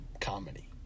comedy